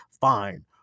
fine